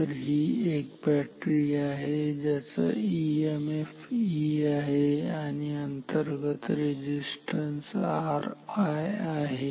तर ही एक बॅटरी आहे ज्याचा ईएमएफ E आहे आणि अंतर्गत रेझिस्टन्स ri आहे